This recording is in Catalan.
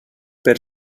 per